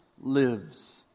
lives